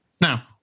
Now